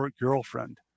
girlfriend